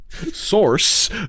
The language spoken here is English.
Source